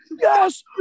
yes